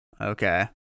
Okay